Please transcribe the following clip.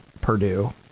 Purdue